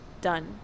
done